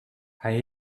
hij